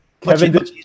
Kevin